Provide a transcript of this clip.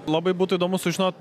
labai būtų įdomu sužinot